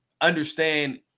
understand